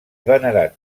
venerat